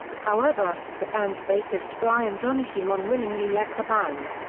however, the band's bassist bryan donahue unwillingly left the band.